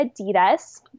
Adidas